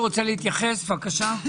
משרד הכלכלה, בקשה.